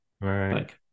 Right